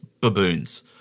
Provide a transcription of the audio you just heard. baboons